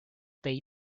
date